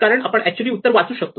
कारण आपण ऍक्च्युली उत्तर वाचू शकतो